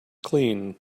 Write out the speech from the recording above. clean